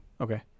Okay